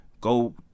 go